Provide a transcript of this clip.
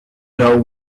know